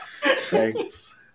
thanks